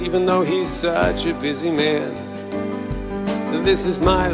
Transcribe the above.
even though he's such a busy man this is my